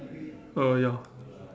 uh ya